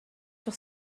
sur